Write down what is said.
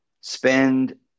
spend